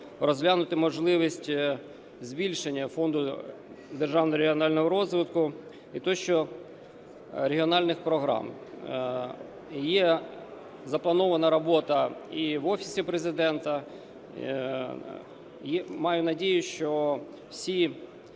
розглянути можливість збільшення Фонду державного регіонального розвитку щодо регіональних програм. Є запланована робота і в Офісі Президента. Маю надію, що всі